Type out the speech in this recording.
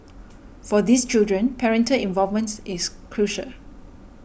for these children parental involvements is crucial